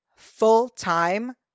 Full-time